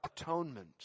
atonement